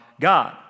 God